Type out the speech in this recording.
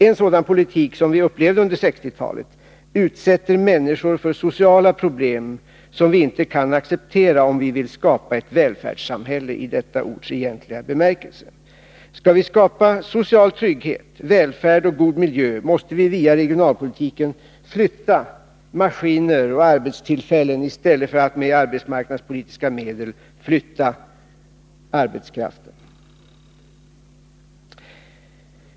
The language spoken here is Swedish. En sådan politik — som vi upplevde under 1960-talet — utsätter människor för sociala problem som vi inte kan acceptera, om vi vill skapa ett välfärdssamhälle i detta ords egentliga bemärkelse. Skall vi skapa social trygghet, välfärd och god miljö, måste vi via regionalpolitiken flytta maskiner och arbetstillfällen i stället för att med arbetsmarknadspolitiska medel flytta arbetskraften.